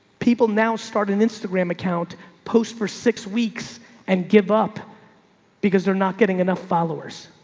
people now start an instagram account post for six weeks and give up because they're not getting enough followers.